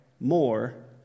more